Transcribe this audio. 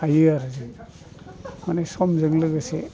हायो आरो जों माने समजों लोगोसे